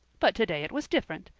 but today it was different.